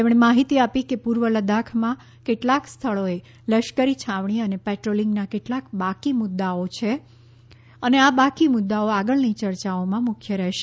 તેમણે માહિતી આપી કે પૂર્વ લદાખમાં કેટલાંક સ્થળોએ લશ્કરી છાવણી અને પેટ્રોલિંગના કેટલાક બાકી મુદ્દાઓ બાકી છે અને આ બાકી મુદ્દાઓ આગળની ચર્ચાઓમાં મુખ્ય રહેશે